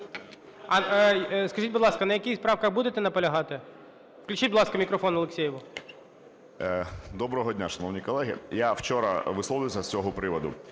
Скажіть, будь ласка, на якихось правках будете наполягати? Включіть, будь ласка, мікрофон Алєксєєву. 10:50:47 АЛЄКСЄЄВ С.О. Доброго дня, шановні колеги! Я вчора висловлювався з цього приводу.